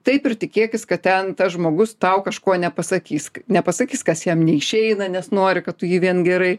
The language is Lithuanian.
taip ir tikėkis kad ten tas žmogus tau kažko nepasakys nepasakys kas jam neišeina nes nori kad tu jį vien gerai